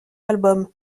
album